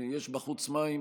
יש בחוץ מים,